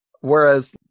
Whereas